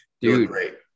Dude